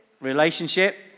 Relationship